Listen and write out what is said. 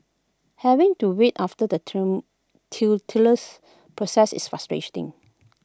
having to wait after the process is frustrating